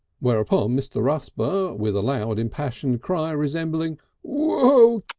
whereupon mr. rusper, with a loud impassioned cry, resembling woo